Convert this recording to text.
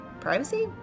privacy